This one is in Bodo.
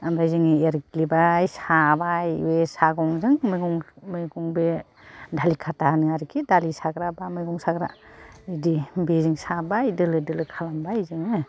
ओमफाय जोङो एरग्लिबाय साबाय बे सागंजों मैगं बे धालिखाता होनो आरिखि दालि साग्रा बा मैगं साग्रा बिदि बेजों साबाय दोलो दोलो खालामबाय जोङो